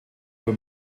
über